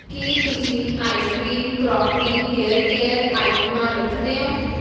ਕੀ ਤੁਸੀਂ ice cream crockery hair care ਆਈਟਮਾਂ ਰੱਖਦੇ ਹੋ